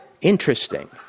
Interesting